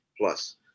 plus